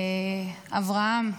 אברהם,